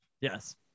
Yes